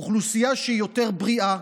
אוכלוסייה שהיא יותר בריאה,